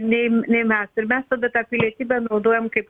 nei nei mes ir mes tada tą pilietybę naudojam kaip